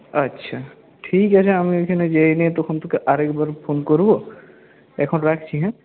আচ্ছা ঠিক আছে আমি ওইখানে গিয়ে নিয়ে তখন তোকে আরেকবার ফোন করবো এখন রাখছি হ্যাঁ